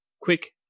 quick